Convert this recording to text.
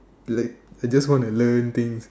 like I just wanna learn things